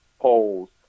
polls